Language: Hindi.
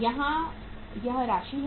यहाँ यह राशि है